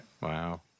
Wow